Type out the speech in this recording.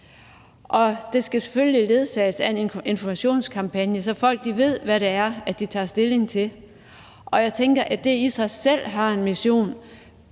Det skal selvfølgelig ledsages af en informationskampagne, så folk ved, hvad det er, de tager stilling til, og jeg tænker, at det i sig selv er en mission.